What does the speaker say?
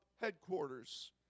headquarters